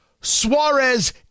Suarez